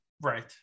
Right